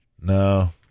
No